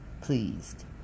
pleased